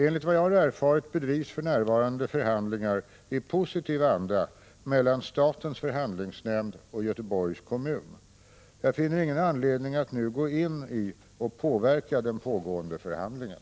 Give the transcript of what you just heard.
Enligt vad jag har erfarit bedrivs för närvarande förhandlingar i positiv anda mellan statens förhandlingsnämnd och Göteborgs kommun. Jag finner ingen anledning att nu gå in i och påverka den pågående förhandlingen.